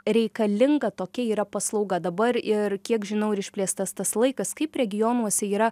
reikalinga tokia yra paslauga dabar ir kiek žinau ir išplėstas tas laikas kaip regionuose yra